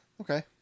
Okay